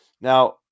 Now